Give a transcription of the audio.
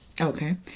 Okay